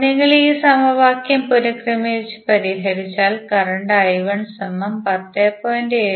നിങ്ങൾ ഈ സമവാക്യം പുനർക്രമീകരിച്ച് പരിഹരിച്ചാൽ കറന്റ് I110